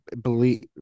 believe